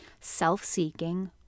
Self-seeking